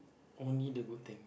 only the good thing